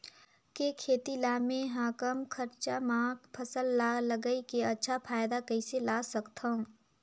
के खेती ला मै ह कम खरचा मा फसल ला लगई के अच्छा फायदा कइसे ला सकथव?